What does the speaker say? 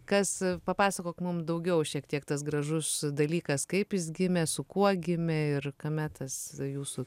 kas papasakok mum daugiau šiek tiek tas gražus dalykas kaip jis gimė su kuo gimė ir kame tas jūsų